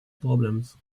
problems